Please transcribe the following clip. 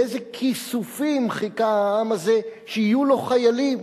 הכיסופים של העם הזה שיהיו לו חיילים.